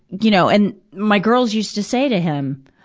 you know and my girls used to say to him,